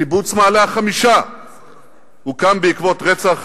קיבוץ מעלה-החמישה הוקם בעקבות רצח